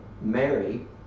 Mary